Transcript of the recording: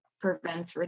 prevents